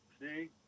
see